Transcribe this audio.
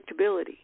predictability